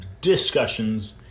Discussions